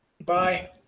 bye